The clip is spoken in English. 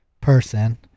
person